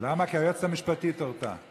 גם עשיתי עבודה והייתי בוועדה הציבורית,